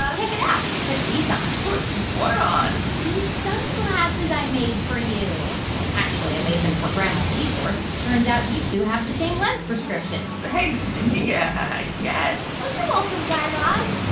ah check it out. put these on put what on? these sunglasses i made for you. well, actually i made them for grandma g-force, but turns out you two have the same lens prescription thanks, mindy, yeah i guess oh, you're welcome, guy raz